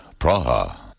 Praha